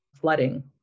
flooding